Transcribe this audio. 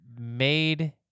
made